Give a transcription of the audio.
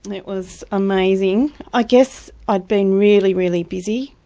it was amazing. i guess i'd been really, really busy,